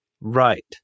right